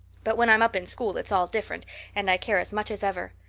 but when i'm up in school it's all different and i care as much as ever.